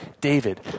David